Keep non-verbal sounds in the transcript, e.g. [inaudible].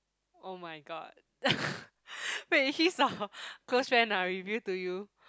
oh-my-god [laughs] wait he's a close friend ah reveal to you